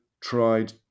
tried